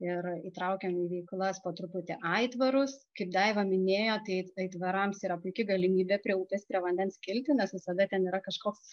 ir įtraukiam į veiklas po truputį aitvarus kaip daiva minėjo tai aitvarams yra puiki galimybė prie upės prie vandens kilti nes visada ten yra kažkoks